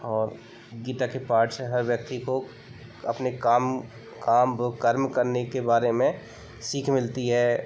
और गीता के पाठ से हर व्यक्ति को अपने काम काम व कर्म करने के बारे में सीख मिलती है